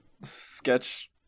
sketch